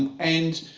and and,